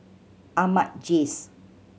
Ahmad Jais